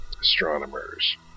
astronomers